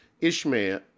Ishmael